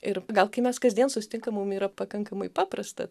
ir gal kai mes kasdien susitinkam mum yra pakankamai paprasta